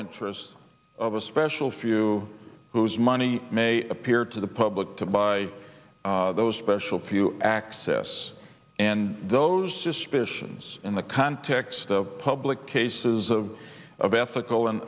interests of a special few whose money may appear to the public to buy those special few access and those suspicions in the context of public cases of of ethical